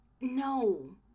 no